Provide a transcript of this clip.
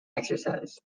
exercise